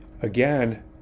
Again